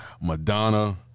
Madonna